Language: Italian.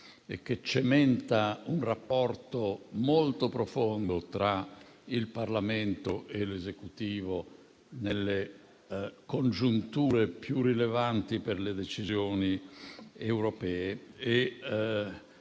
e che cementa un rapporto molto profondo tra il Parlamento e l'Esecutivo nelle congiunture più rilevanti per le decisioni europee